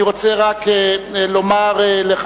אני רק רוצה לומר לחברים,